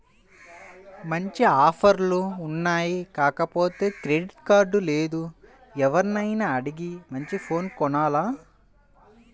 మంచి ఆఫర్లు ఉన్నాయి కాకపోతే క్రెడిట్ కార్డు లేదు, ఎవర్నైనా అడిగి మంచి ఫోను కొనాల